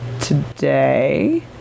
today